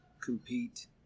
compete